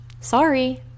sorry